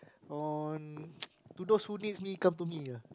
on to those who needs me come to me ah